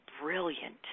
brilliant